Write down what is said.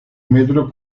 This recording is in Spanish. metro